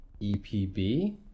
EPB